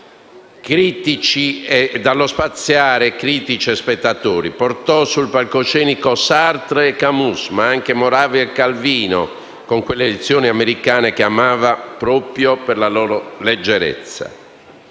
dallo spiazzare critici e spettatori, portò sul palcoscenico Sartre e Camus, ma anche Moravia e Calvino, con quelle edizioni americane che amava proprio per la loro leggerezza.